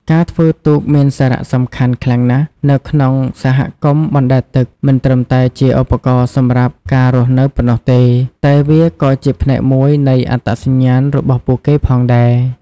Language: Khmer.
ការធ្វើទូកមានសារៈសំខាន់ខ្លាំងណាស់នៅក្នុងសហគមន៍អណ្តែតទឹក មិនត្រឹមតែជាឧបករណ៍សម្រាប់ការរស់នៅប៉ុណ្ណោះទេ តែវាក៏ជាផ្នែកមួយនៃអត្តសញ្ញាណរបស់ពួកគេផងដែរ។